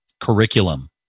curriculum